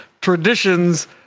traditions